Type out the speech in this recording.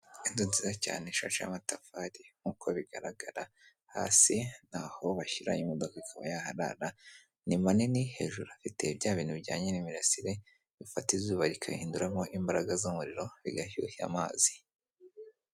Inzu nziza cyane ishasheho amatafari nk'uko bigaragara hasi naho bashyira imodoka ikaba yarara, ni manini hejuru hafite bya bintu bijyanye n'imirasire bifata izuba bikarihinduramo imbaraga z'umuriro bigashyushya amazi.